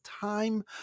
time